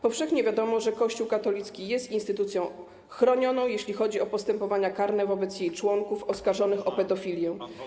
Powszechnie wiadomo, że Kościół katolicki jest instytucją chronioną, jeśli chodzi o postępowania karne wobec jej członków oskarżonych o pedofilię.